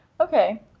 Okay